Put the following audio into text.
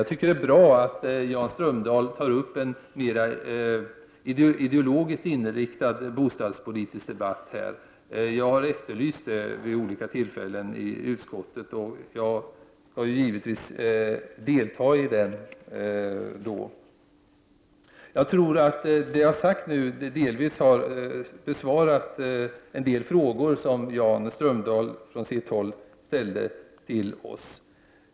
Jag tycker att det är bra att Jan Strömdahl tar upp en mera ideologiskt inriktad bostadspolitisk debatt här. Jag har efterlyst det vid olika tillfällen i utskottet, och jag skall givetvis delta iden. Jag tror att jag med det jag sagt nu har besvarat en del frågor som Jan Strömdahl från sitt håll ställde till oss.